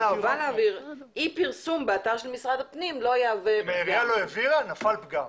אם העירייה לא העבירה, נפל פגם.